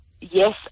yes